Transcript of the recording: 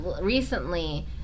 recently